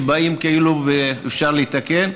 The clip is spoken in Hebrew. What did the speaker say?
שבאים כאילו ואפשר לתקן.